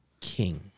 King